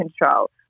control